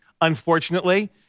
unfortunately